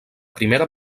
primera